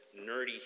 nerdy